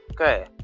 Okay